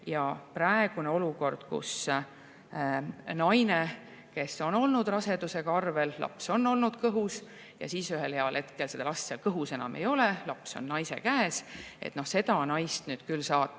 Praegune olukord, kus naine, kes on olnud rasedusega arvel, laps on olnud kõhus, ühel heal hetkel seda last seal kõhus enam ei ole, laps on naise käes – seda naist nüüd küll kohtu